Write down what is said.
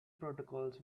protocols